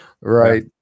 right